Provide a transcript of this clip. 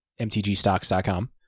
mtgstocks.com